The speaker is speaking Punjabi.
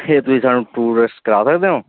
ਫਿਰ ਤੁਸੀਂ ਸਾਨੂੰ ਟੂਰਿਸਟ ਕਰਾ ਸਕਦੇ ਹੋ